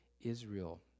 Israel